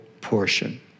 portion